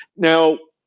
now,